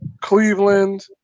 Cleveland